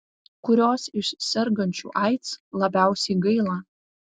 kurios iš sergančių aids labiausiai gaila